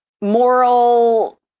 Moral